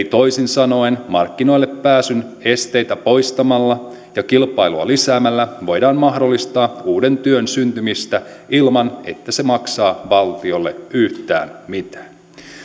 toisin sanoen markkinoille pääsyn esteitä poistamalla ja kilpailua lisäämällä voidaan mahdollistaa uuden työn syntymistä ilman että se maksaa valtiolle yhtään mitään